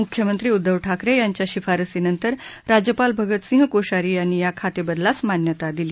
मुख्यमंत्री उद्धव ठाकरे यांच्या शिफारसीनंतर राज्यपाल भगतसिंग कोश्यारी यांनी या खातेबदलास काल मान्यता दिली